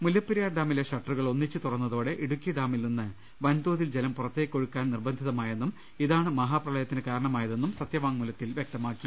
മുല്ലപ്പെരിയാർ ഡാമിലെ ഷട്ടറുകൾ ഒന്നിച്ച് തുറന്നതോടെ ഇടുക്കി ഡാമിൽ നിന്ന് വൻതോതിൽ ജലം പുറത്തേക്കൊഴുക്കാൻ നിർബ ന്ധിതമായെന്നും ഇതാണ് മഹാപ്രളയത്തിന് കാരണമായതെന്നും സത്യ വാങ്മൂലത്തിൽ വ്യക്തമാക്കി